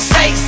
Say